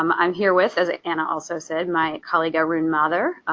um i'm here with, as anna also said, my colleague arun mathur.